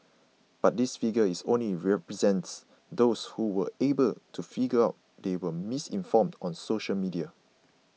but this figure is only represents those who were able to figure out they were misinformed on social media